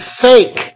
fake